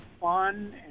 fun